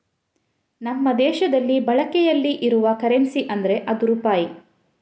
ನಮ್ಮ ದೇಶದಲ್ಲಿ ಬಳಕೆಯಲ್ಲಿ ಇರುವ ಕರೆನ್ಸಿ ಅಂದ್ರೆ ಅದು ರೂಪಾಯಿ